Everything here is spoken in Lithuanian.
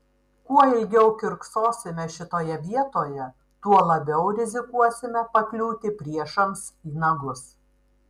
kuo ilgiau kiurksosime šitoje vietoje tuo labiau rizikuosime pakliūti priešams į nagus